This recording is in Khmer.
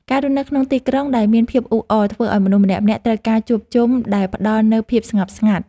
ការរស់នៅក្នុងទីក្រុងដែលមានភាពអ៊ូអរធ្វើឱ្យមនុស្សម្នាក់ៗត្រូវការជួបជុំដែលផ្ដល់នូវភាពស្ងប់ស្ងាត់។